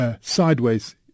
sideways